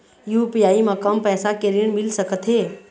UPI म कम पैसा के ऋण मिल सकथे?